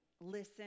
listen